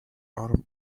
arm